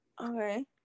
Okay